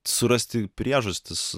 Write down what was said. surasti priežastis